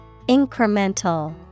Incremental